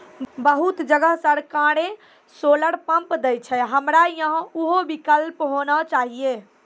बहुत जगह सरकारे सोलर पम्प देय छैय, हमरा यहाँ उहो विकल्प होना चाहिए?